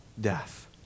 death